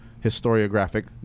historiographic